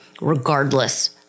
regardless